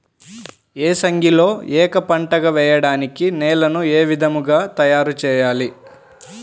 ఏసంగిలో ఏక పంటగ వెయడానికి నేలను ఏ విధముగా తయారుచేయాలి?